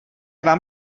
vám